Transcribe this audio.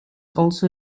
also